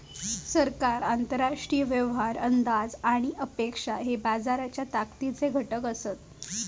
सरकार, आंतरराष्ट्रीय व्यवहार, अंदाज आणि अपेक्षा हे बाजाराच्या ताकदीचे घटक असत